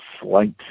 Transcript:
slight